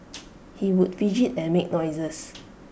he would fidget and make noises